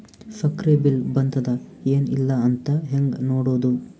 ಸಕ್ರಿ ಬಿಲ್ ಬಂದಾದ ಏನ್ ಇಲ್ಲ ಅಂತ ಹೆಂಗ್ ನೋಡುದು?